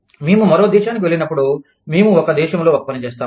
మేము మరో దేశానికి వెళ్ళినప్పుడు మేము ఒక దేశంలో ఒక పని చేస్తాము